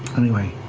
anyway,